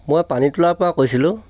মই পানীতোলাৰ পৰা কৈছিলোঁ